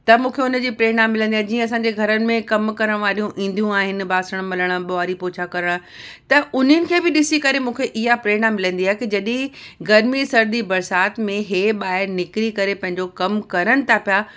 त मूंखे उन जी प्रेरणा मिलंदी आहे जीअं असांजे घरनि में कमु करण वारयूं ईंदियूं आहिनि बासण मलण ॿुहारी पोछा करणु त उन्हनि खे बि ॾिसी करे मूंखे इहा प्रेरणा मिलंदी आहे की जॾहिं गर्मी सर्दी बरिसात में इहे ॿाहिरि निकिरी करे पंहिंजो कम कनि था पिया